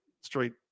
straight